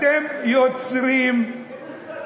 אתם יוצרים, איזה סלט.